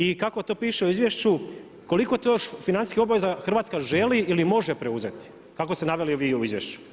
I kako to piše u izvješću, koliko to još financijskih obaveza Hrvatska želi ili može preuzeti, kako ste naveli vi u izvješću?